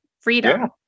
freedom